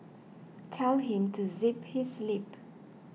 tell him to zip his lip